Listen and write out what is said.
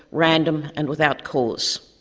random and without cause.